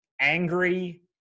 angry